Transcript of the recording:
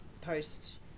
post